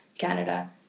canada